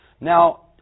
Now